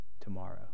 tomorrow